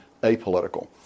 apolitical